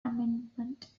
amendment